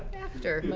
after.